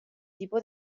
tipo